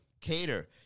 Cater